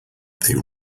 they